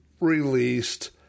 released